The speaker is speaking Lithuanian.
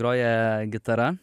groja gitara